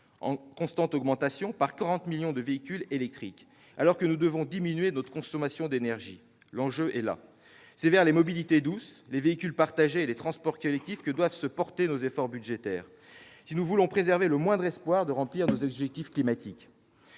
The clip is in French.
de véhicules thermiques par 40 millions de véhicules électriques, alors même que nous devons diminuer notre consommation d'énergie. Là est l'enjeu. C'est vers les mobilités douces, les véhicules partagés et les transports collectifs que doivent se porter nos efforts budgétaires, si nous voulons préserver le moindre espoir de remplir nos objectifs climatiques.